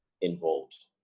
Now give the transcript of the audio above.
involved